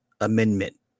amendment